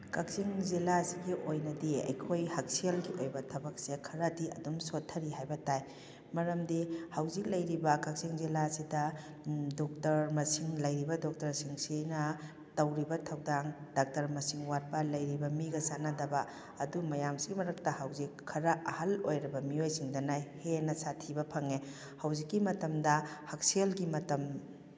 ꯀꯛꯆꯤꯡ ꯖꯤꯂꯥꯁꯤꯒꯤ ꯑꯣꯏꯅꯗꯤ ꯑꯩꯈꯣꯏ ꯍꯛꯁꯦꯜꯒꯤ ꯑꯣꯏꯕ ꯊꯕꯛꯁꯦ ꯈꯔꯗꯤ ꯑꯗꯨꯝ ꯁꯣꯊꯔꯤ ꯍꯥꯏꯕ ꯇꯥꯏ ꯃꯔꯝꯗꯤ ꯍꯧꯖꯤꯛ ꯂꯩꯔꯤꯕ ꯀꯛꯆꯤꯡ ꯖꯤꯂꯥꯁꯤꯗ ꯗꯣꯛꯇꯔ ꯃꯁꯤꯡ ꯂꯩꯔꯤꯕ ꯗꯣꯛꯇꯔꯁꯤꯡꯁꯤꯅ ꯇꯧꯔꯤꯕ ꯊꯧꯗꯥꯡ ꯗꯥꯛꯇꯔ ꯃꯁꯤꯡ ꯋꯥꯠꯄ ꯂꯩꯔꯤꯕ ꯃꯤꯒ ꯆꯥꯅꯗꯕ ꯑꯗꯨ ꯃꯌꯥꯝꯁꯤꯒꯤ ꯃꯔꯛꯇ ꯍꯧꯖꯤꯛ ꯈꯔ ꯑꯍꯟ ꯑꯣꯏꯔꯕ ꯃꯤꯑꯣꯏꯁꯤꯡꯗꯅ ꯍꯦꯟꯅ ꯁꯥꯊꯤꯕ ꯐꯪꯉꯦ ꯍꯧꯖꯤꯛꯀꯤ ꯃꯇꯝꯗ ꯍꯛꯁꯦꯜꯒꯤ ꯃꯇꯝ